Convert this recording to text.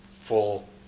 full